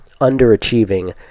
underachieving